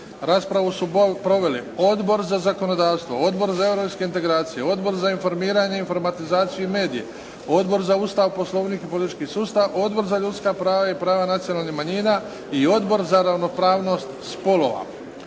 Raspravu su proveli Odbor za zakonodavstvo, Odbor za europske integracije, Odbor za informiranje, informatizaciju i medije, Odbor za Ustav, Poslovnik i politički sustav, Odbor za ljudska prava i prava nacionalnih manjina i Odbor za ravnopravnost spolova.